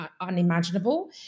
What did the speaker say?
unimaginable